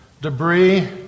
debris